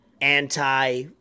anti